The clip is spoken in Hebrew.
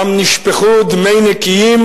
ששם נשפכו דמי נקיים,